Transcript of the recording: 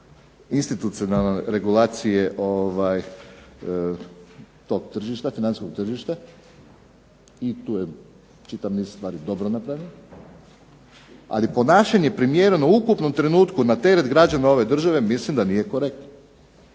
institucionalne regulacije tog tržišta, financijskog tržišta i tu je čitav niz stvari dobro napravljen. Ali ponašanje primjereno ukupnom trenutku na teret građana ove države mislim da nije korektno.